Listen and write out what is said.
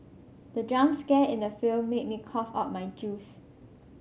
the jump scare in the film made me cough out my juice